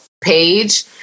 page